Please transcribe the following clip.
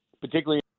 particularly